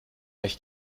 euch